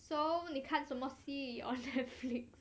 so 你看什么戏 on Netflix